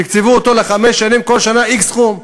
תקצבו אותו לחמש שנים, בכל שנה סכום x.